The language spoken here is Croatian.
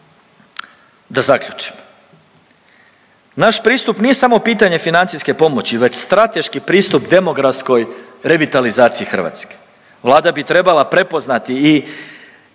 Da zaključim, naš pristup nije samo pitanje financijske pomoći veći strateški pristup demografskoj revitalizaciji Hrvatske. Vlada bi trebala prepoznati i